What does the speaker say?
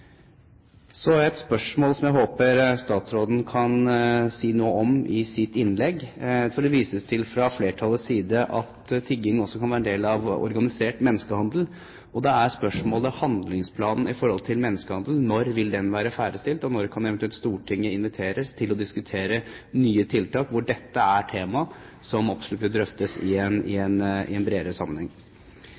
Så har jeg et spørsmål som jeg håper statsråden kan svare på i sitt innlegg. Det vises fra flertallets side til at tigging også kan være en del av organisert menneskehandel. Da er spørsmålet: Når vil handlingsplanen om menneskehandel bli ferdigstilt, og når kan eventuelt Stortinget inviteres til å diskutere nye tiltak med dette som tema, som absolutt burde drøftes i en bredere sammenheng? Når vi diskuterer dette, tror jeg det er viktig å ha to tanker i